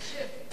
קש"ב?